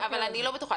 אני לא בטוחה.